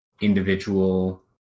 individual